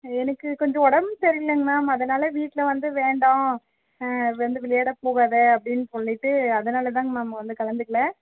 எனக்கு கொஞ்சம் உடம்பு சரியில்லைங்க மேம் அதனால் வீட்டில் வந்து வேண்டாம் வந்து விளையாட போகாத அப்படினு சொல்லிட்டு அதனாலதாங்கக மேம் வந்து கலந்துக்கில்லை